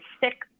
sick